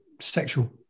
sexual